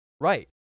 Right